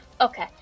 Okay